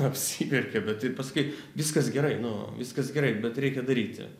apsiverkia bet pasakai viskas gerai nu viskas gerai bet reikia daryti